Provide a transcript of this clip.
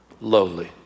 lowly